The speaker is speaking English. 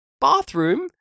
bathroom